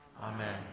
Amen